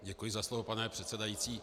Děkuji za slovo, pane předsedající.